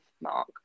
mark